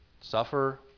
suffer